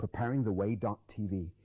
preparingtheway.tv